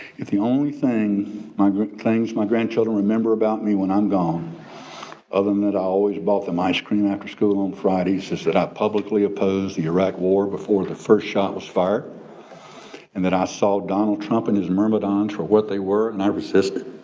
if the only thing claims my grandchildren remember about me when i'm gone other than that i always bought them ice cream after school and on fridays is that i publicly opposed the iraq war before the first shot was fired and that i saw donald trump and his myrmidons for what they were and i resisted.